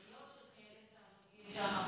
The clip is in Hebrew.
יריות של חיילי צה"ל על פלסטינים?